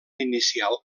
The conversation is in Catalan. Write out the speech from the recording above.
inicial